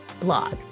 blog